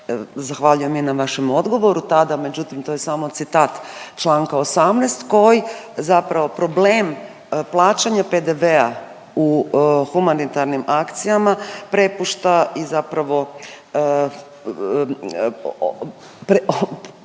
zahvaljujem i na vašem odgovoru tada, međutim to je samo citat članka 18. koji zapravo problem plaćanja PDV-a u humanitarnim akcijama prepušta i zapravo,